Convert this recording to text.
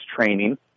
training